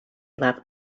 left